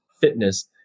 fitness